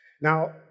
Now